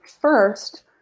First